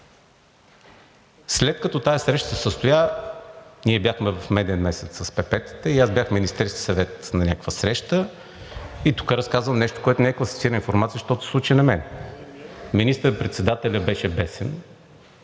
След като тази среща се състоя, ние бяхме в меден месец с ПП-тата и аз бях в Министерския съвет на някаква среща. Тук разказвам нещо, което не е класифицирана информация, защото се случи на мен. Министър-председателят беше бесен,